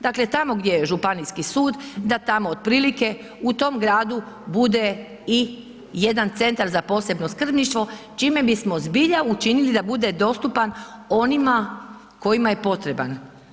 Dakle, tamo gdje je županijski sud da tamo otprilike u tom gradu bude i jedan centar za posebno skrbništvo čime bismo zbilja učinili da bude dostupan onima kojima je potreban.